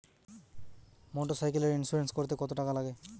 মোটরসাইকেলের ইন্সুরেন্স করতে কত টাকা লাগে?